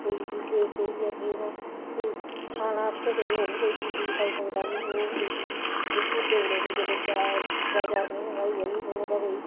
कोई बी जे सेही ऐ कि हुन खाना आस्तै कोई होई बी चीज खाई सकदा बिस्कुट दऊ उड़ो फ्ही जेल्लै चार त्रै चार म्हीने दा होई जा फ्ही थोह्ड़ा थोह्ड़ा कोई